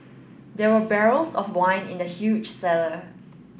there were barrels of wine in the huge cellar